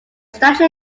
statue